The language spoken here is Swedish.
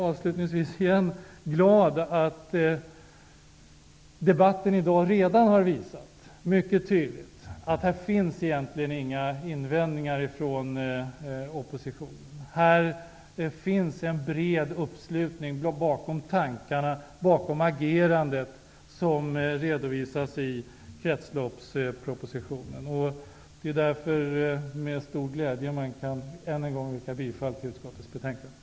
Avslutningsvis är jag glad över att debatten i dag redan mycket tydligt har visat att det egentligen inte finns några invändningar från oppositionen. Det finns en bred uppslutning bakom de tankar och det agerande som redovisas i kretsloppspropositionen. Det är därför som jag med stor glädje än en gång kan yrka bifall till hemställan i utskottets betänkande.